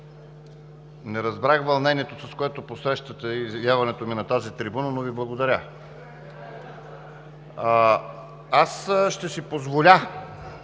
не разбрах вълнението, с което посрещате явяването ми на тази трибуна, но Ви благодаря. (Смях, оживление.)